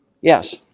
Yes